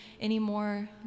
anymore